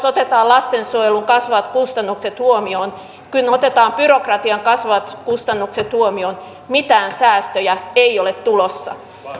otetaan lastensuojelun kasvavat kustannukset huomioon ja kun otetaan byrokratian kasvavat kustannukset huomioon mitään säästöjä ei ole tulossa